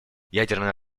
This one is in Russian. ядерное